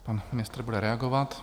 Pan ministr bude reagovat.